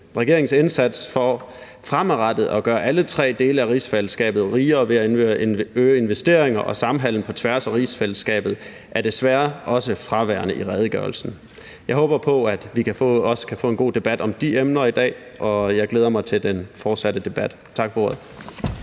Regeringens indsats for fremadrettet at gøre alle tre dele af rigsfællesskabet rigere ved at øge investeringer og samhandel på tværs af rigsfællesskabet er desværre også fraværende i redegørelsen. Jeg håber på, at vi kan få en god debat om også de emner i dag. Jeg glæder mig til den fortsatte debat. Tak for ordet.